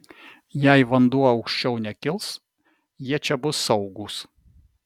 jei vanduo aukščiau nekils jie čia bus saugūs